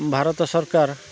ଭାରତ ସରକାର